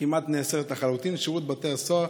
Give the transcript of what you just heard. כמעט נאסרה לחלוטין, שירות בתי הסוהר